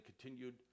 continued